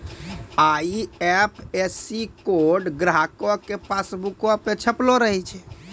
IFSC code ग्राहको के पासबुको पे छपलो रहै छै